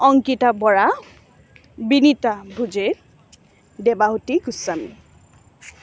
Ankita Bora Binita Bhujel Debahuti Goswami